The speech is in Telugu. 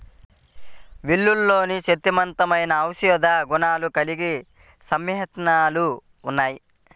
వెల్లుల్లిలో శక్తివంతమైన ఔషధ గుణాలు కలిగిన సమ్మేళనాలు ఉన్నాయి